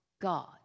god